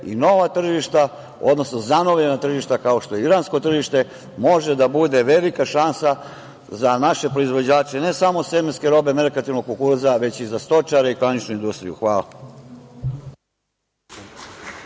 i nova tržišta, odnosno zanovljena tržišta, kao što je iransko tržište, mogu da budu velika šansa za naše proizvođače ne samo sezonske robe, merkantilnog kukuruza, već i za stočare i klaničnu industriju. Hvala.